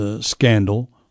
scandal